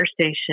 station